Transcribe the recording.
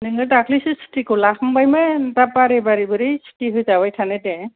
नोङो दाख्लैसो सुथिखौ लाखांबायमोन दा बारे बारे बोरै सुथि होजाबाय थानो दे